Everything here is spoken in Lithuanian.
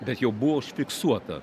bet jau buvo užfiksuota